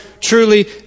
truly